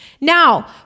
Now